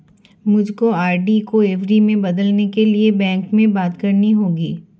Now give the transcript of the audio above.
मुझको आर.डी को एफ.डी में बदलने के लिए बैंक में बात करनी होगी